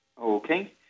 Okay